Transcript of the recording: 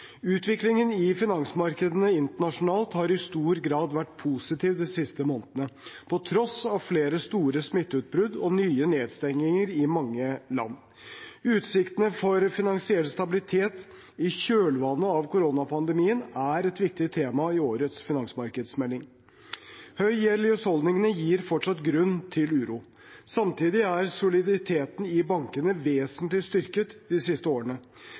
Utviklingen i finansmarkedene internasjonalt har i stor grad vært positiv de siste månedene, på tross av flere store smitteutbrudd og nye nedstenginger i mange land. Utsiktene for finansiell stabilitet i kjølvannet av koronapandemien er et viktig tema i årets finansmarkedsmelding. Høy gjeld i husholdningene gir fortsatt grunn til uro. Samtidig er soliditeten i bankene vesentlig styrket de siste årene.